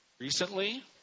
Recently